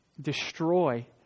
destroy